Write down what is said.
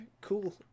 Cool